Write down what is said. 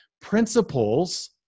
Principles